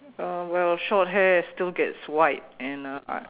uh well short hair it still gets white and uh I